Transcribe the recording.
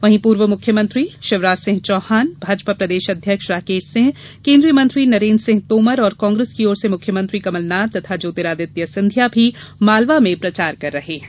वहीं पूर्व मुख्यमंत्री शिवराज सिंह चौहान भाजपा प्रदेश अध्यक्ष राकेश सिंह केंद्रीय मंत्री नरेन्द्र सिंह तोमर और कांग्रेस की ओर से मुख्यमंत्री कमलनाथ तथा ज्योतिरादित्य सिंधिया भी मालवा में प्रचार कर रहे हैं